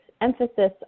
emphasis